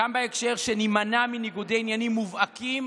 גם בהקשר שנימנע מניגודי עניינים מובהקים